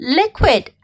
liquid